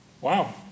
wow